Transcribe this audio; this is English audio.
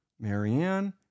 Marianne